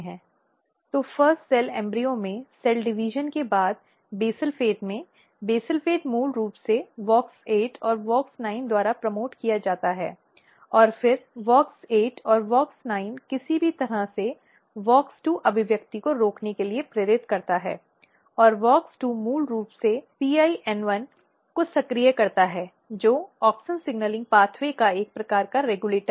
तो पहले कोशिका भ्रूण में कोशिका विभाजन के बाद बेसल फेट में बेसल फेट मूल रूप से WOX 8 और WOX 9 द्वारा प्रमोटेड किया जाता है और फिर WOX 8 और WOX 9 किसी भी तरह से WOX2 अभिव्यक्ति को रोकने के लिए प्रेरित करता है और WOX 2 मूल रूप से PIN1 को सक्रिय करता है जो ऑक्सिन सिग्नलिंग मार्ग का एक प्रकार का रेगुलेटर है